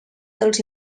dels